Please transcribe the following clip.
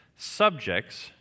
subjects